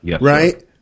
right